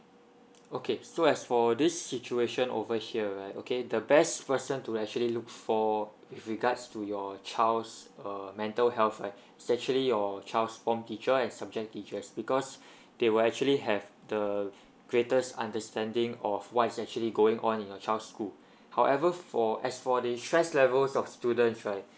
okay so as for this situation over here right okay the best person to actually look for with regards to your child's uh mental health right is actually your child's form teacher and subject teachers because they will actually have the greatest understanding of what is actually going on in your child's school however for as for the stress level of student right